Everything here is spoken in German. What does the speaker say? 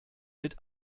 mit